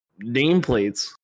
nameplates